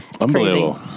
Unbelievable